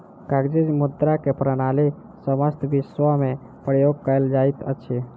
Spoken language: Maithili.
कागजी मुद्रा के प्रणाली समस्त विश्व में उपयोग कयल जाइत अछि